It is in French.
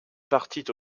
partit